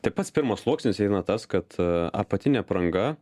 tai pats pirmas sluoksnis eina tas kad apatinė apranga